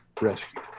rescue